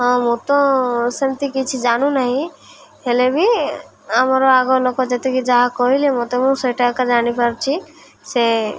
ହଁ ମୁଁ ତ ସେମିତି କିଛି ଜାଣୁନାହିଁ ହେଲେ ବି ଆମର ଆଗ ଲୋକ ଯେତିକି ଯାହା କହିଲେ ମୋତେ ମୁଁ ସେଇଟା ଏକା ଜାଣିପାରୁଛି ସେ